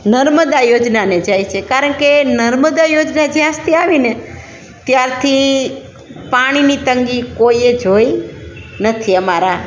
નર્મદા યોજનાને જાય છે કારણ કે નર્મદા યોજના જ્યારથી આવીને ત્યારથી પાણીની તંગી કોઈએ જોઈ નથી અમારા